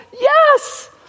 yes